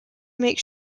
make